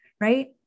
right